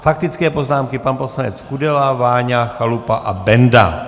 Faktické poznámky pan poslanec Kudela, Váňa, Chalupa a Benda.